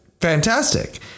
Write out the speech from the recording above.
Fantastic